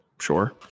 Sure